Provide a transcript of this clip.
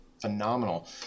phenomenal